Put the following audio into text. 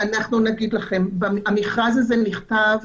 המכרז הזה נכתב